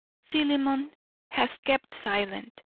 philemon has kept silent,